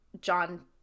John